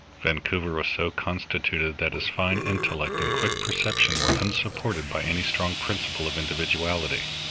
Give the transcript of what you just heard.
vancouver was so constituted that his fine intellect and quick perception were unsupported by any strong principle of individuality.